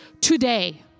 today